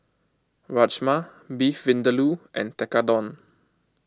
Rajma Beef Vindaloo and Tekkadon